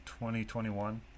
2021